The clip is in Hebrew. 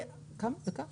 תודה רבה.